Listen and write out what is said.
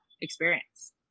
experience